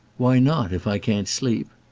why not if i can't sleep?